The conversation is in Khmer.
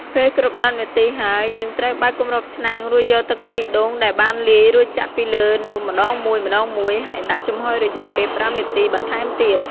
ពេលគ្រប់១០នាទីហើយ យើងត្រូវបើកគម្របឆ្នាំង រួចយកទឹកខ្ទិះដូងដែលបានលាយរួចចាក់ពីលើនំម្ដងមួយៗ ហើយដាក់ចំហុយរយៈពេល៥នាទីបន្ថែមទៀត។